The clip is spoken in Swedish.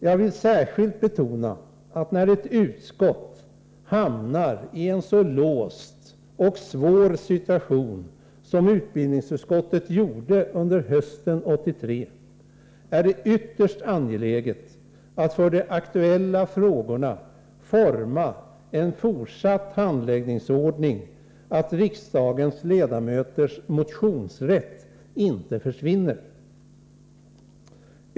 Jag vill särskilt betona att när ett utskott hamnar i en så låst och svår situation som den utbildningsutskottet hamnade i under hösten 1983 är det ytterst angeläget att för de aktuella frågorna fortsättningsvis forma en sådan handläggningsordning, att riksdagsledamöternas motionsrätt inte försvinner.